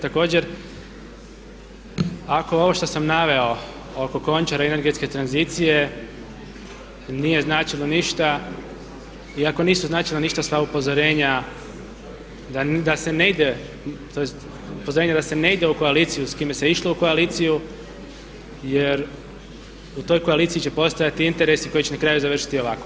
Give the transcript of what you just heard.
Također ako ovo što sam naveo oko Končara i energetske tranzicije nije značilo ništa i ako nisu značila ništa sva upozorenja da se ne ide, tj. upozorenje da se ne ide u koaliciju s kime se išlo u koaliciju jer u toj koaliciji će postojati interesi koji će na kraju završiti ovako.